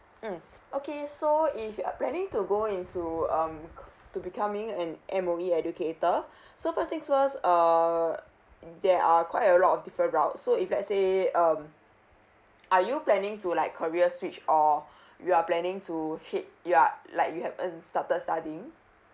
mm okay so if you're planning to go into um c~ to becoming an M_O_E educator so first things first err there are quite a lot of different routes so if let's say um are you planning to like career switch or you're planning to hi~ you're like you haven't started studying